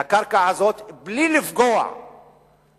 מהקרקע הזאת בלי לפגוע במטרות